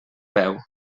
peu